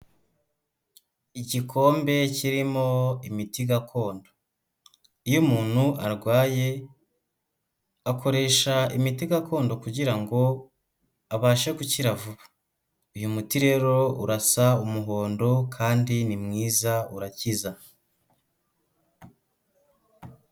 Igikombe kirimo imiti gakondo, iyo umuntu arwaye akoresha imiti gakondo kugira ngo abashe gukira vuba, uyu muti rero urasa umuhondo kandi ni mwiza urakiza.